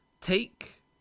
take